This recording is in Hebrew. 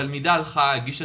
התלמידה הגישה